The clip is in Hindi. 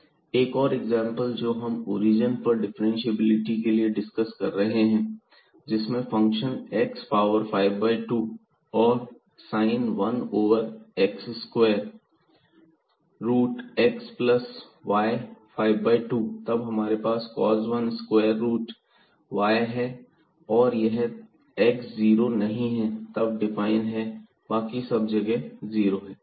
एक और एग्जांपल जो हम ओरिजन पर डिफ्रेंशिएबिलिटी के लिए डिस्कस कर रहे हैं जिसमें फंक्शन x पावर 52 और sine one over square root x plus y 52 तब हमारे पास coz 1 स्क्वायर रूट y और यह जब x जीरो नहीं है तब डिफाइन है और बाकी सभी जगह जीरो है